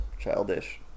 Childish